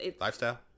lifestyle